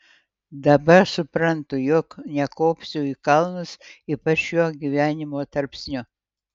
dabar suprantu jog nekopsiu į kalnus ypač šiuo gyvenimo tarpsniu